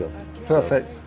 Perfect